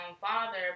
father